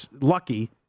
lucky